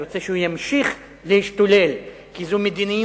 אני רוצה שהוא ימשיך להשתולל, כי זו מדיניות.